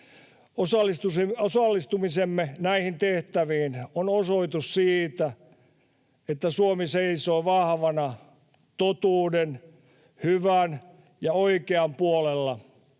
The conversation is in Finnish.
Osallistumisemme näihin tehtäviin on osoitus siitä, että Suomi seisoo vahvana totuuden, hyvän ja oikean puolella